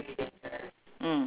mm